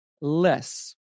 less